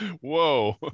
Whoa